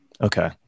Okay